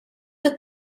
tat